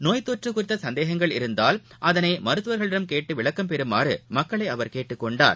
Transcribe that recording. நோய்த்தொற்றுகுறித்தசந்தேகங்கள் இருந்தால் அதனைமருத்துவர்களிடம் கேட்டுவிளக்கம் பெறுமாறுமக்களைஅவர் கேட்டுக்கொண்டார்